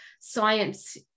science